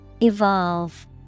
Evolve